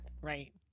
Right